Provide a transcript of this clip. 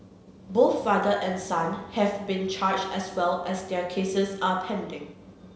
both father and son have been charged as well as their cases are pending